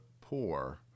poor